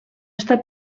està